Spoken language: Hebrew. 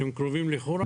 אתם קרובים לחורה?